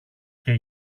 και